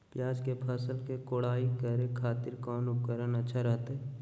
प्याज के फसल के कोढ़ाई करे खातिर कौन उपकरण अच्छा रहतय?